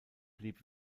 blieb